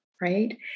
right